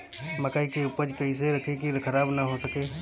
मकई के उपज कइसे रखी की खराब न हो सके?